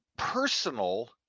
personal